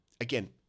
again